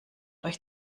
euch